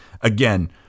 again